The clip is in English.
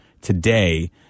today